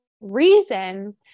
reason